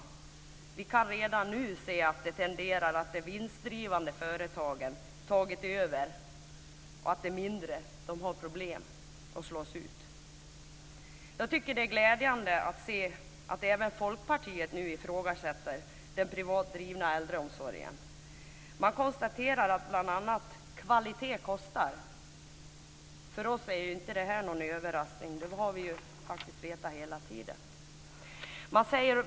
Men vi kan redan nu se att de vinstdrivande företagen tenderar att ta över och att de mindre har problem och slås ut. Det är glädjande att se att även Folkpartiet nu ifrågasätter den privat drivna äldreomsorgen. Man konstaterar bl.a. att kvalitet kostar. För oss är detta ingen överraskning. Det här har vi faktiskt vetat hela tiden.